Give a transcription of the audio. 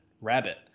rabbit